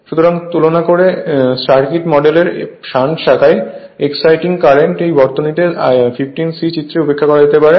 সুতরাং তুলনা করে সার্কিট মডেলের শান্ট শাখায় এক্সাইটিং কারেন্ট এই বর্তনীতে 15 C চিত্রে উপেক্ষা করা যেতে পারে